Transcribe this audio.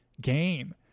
game